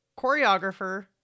choreographer